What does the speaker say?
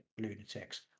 lunatics